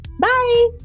Bye